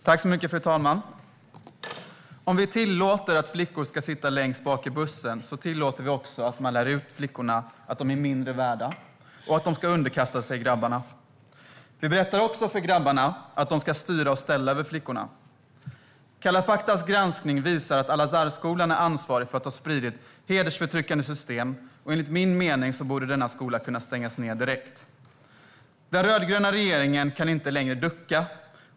Fru talman! Om vi tillåter att flickor ska sitta längst bak i bussen tillåter vi också att man lär ut till flickorna att de är mindre värda och att de ska underkasta sig grabbarna. Vi berättar också för grabbarna att de ska styra och ställa över flickorna. Kalla faktas granskning visar att Al-Azharskolan är ansvarig för att ha spridit hedersförtryckande system. Enligt min mening borde denna skola kunna stängas direkt. Den rödgröna regeringen kan inte längre ducka.